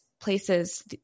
places